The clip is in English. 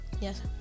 Yes